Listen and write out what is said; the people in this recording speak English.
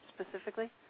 specifically